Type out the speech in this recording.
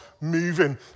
moving